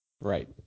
right